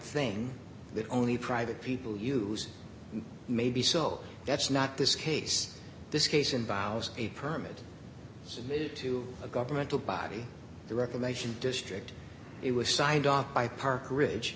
thing that only private people use maybe so that's not this case this case involves a permit submitted to a governmental body the reclamation district it was signed off by park ridge